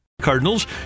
Cardinals